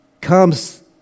comes